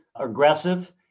aggressive